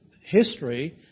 history